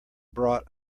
brought